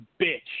bitch